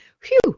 Phew